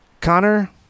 Connor